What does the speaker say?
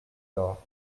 door